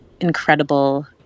incredible